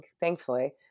thankfully